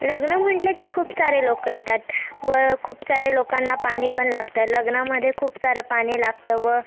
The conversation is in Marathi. लग्न म्हटलं की खूप सारे लोकं येतात व खूप साऱ्या लोकांना पाणी पण लागतं लग्नामध्ये खूप सारं पाणी लागतं व